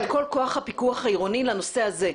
את כל כוח הפיקוח העירוני לנושא הזה.